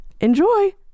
Enjoy